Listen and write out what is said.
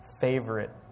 favorite